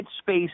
space